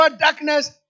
darkness